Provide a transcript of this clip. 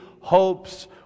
hopes